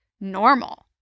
normal